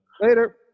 Later